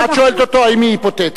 את שואלת אותו אם היא היפותטית.